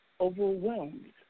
overwhelmed